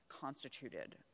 constituted